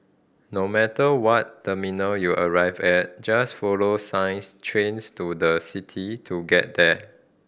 no matter what terminal you arrive at just follow signs Trains to the City to get there